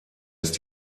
ist